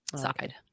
side